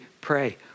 pray